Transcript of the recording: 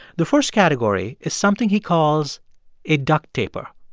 the first category is something he calls a duct taper.